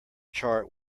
chart